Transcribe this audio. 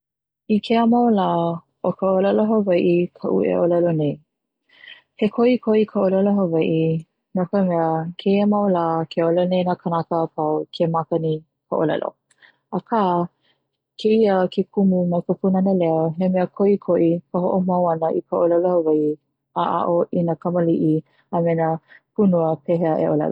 I kēia mau la o ka ʻolelo hawaiʻi kaʻu e ʻōlelo nei he koʻikoʻi ka ʻōlelo hawaii no ka mea, keia mau lā ke ʻōlelo nei na kanaka apau ke make nei ka ʻōlelo aka kēia kumu mai ka punana leo he mea koʻikoʻi ka hoʻomau ʻana i ka ʻōlelo hawaii a aʻo i nā kamaliʻi me na punua, pehea e ʻōlelo.